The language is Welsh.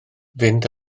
fynd